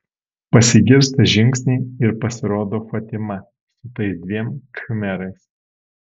pasigirsta žingsniai ir pasirodo fatima su tais dviem khmerais